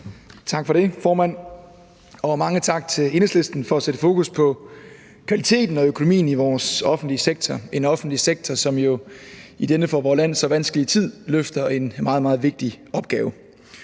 Tak for det, formand. Og mange tak til Enhedslisten for at sætte fokus på kvaliteten af økonomien i vores offentlige sektor – en offentlig sektor, som jo i denne for vort land så vanskelige tid løfter en meget, meget vigtig opgave.